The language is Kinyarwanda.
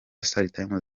startimes